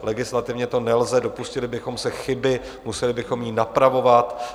Legislativně to nelze, dopustili bychom se chyby, museli bychom ji napravovat.